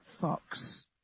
fox